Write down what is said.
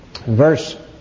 verse